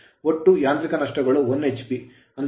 ಒಟ್ಟು ಯಾಂತ್ರಿಕ ನಷ್ಟಗಳು 1 hp ಅಂದರೆ 1 horsepowerಅಶ್ವಶಕ್ತಿ